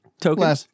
Token